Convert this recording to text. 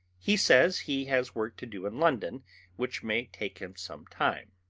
he says he has work to do in london which may take him some time.